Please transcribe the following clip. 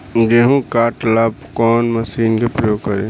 गेहूं काटे ला कवन मशीन का प्रयोग करी?